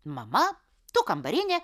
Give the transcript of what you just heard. mama tu kambarinė